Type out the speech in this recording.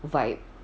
vibe